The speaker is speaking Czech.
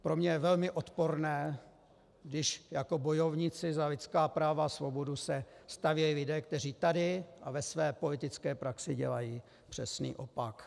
Pro mě je velmi odporné, když jako bojovníci za lidská práva a svobodu se stavějí lidé, kteří tady a ve své politické praxi dělají přesný opak.